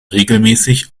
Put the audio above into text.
regelmäßig